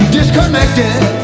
Disconnected